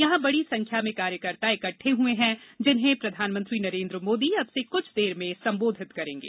यहां बड़ी संख्या में कार्यकर्ता इकट्ठा हुए हैं जिन्हें प्रधानमंत्री नरेन्द्र मोदी संबोधित करेंगे